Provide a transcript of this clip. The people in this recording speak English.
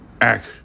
act